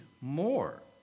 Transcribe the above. more